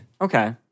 okay